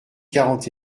quarante